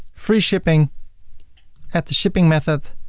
free shipping add the shipping method,